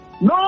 no